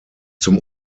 zum